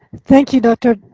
thank you, dr.